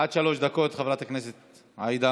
עד שלוש דקות, חברת הכנסת עאידה.